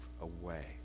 away